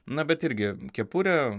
na bet irgi kepurė